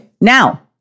Now